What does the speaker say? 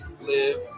live